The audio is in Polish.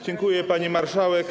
Dziękuję, pani marszałek.